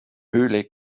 höhle